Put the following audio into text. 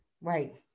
right